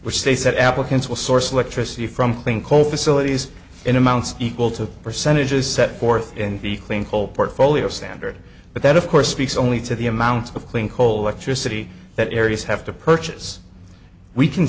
which they said applicants will source electricity from clean coal facilities in amounts equal to percentages set forth in the clean coal portfolio standard but that of course speaks only to the amount of clean coal electricity that areas have to purchase we c